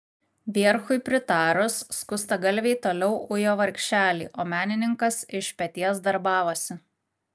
vierchui pritarus skustagalviai toliau ujo vargšelį o menininkas iš peties darbavosi